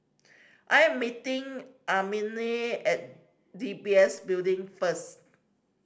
I am meeting Annamae at D B S Building first